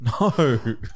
No